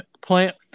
plant